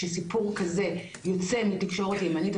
שסיפור כזה יוצא מתקשורת ימנית,